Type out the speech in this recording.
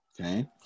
Okay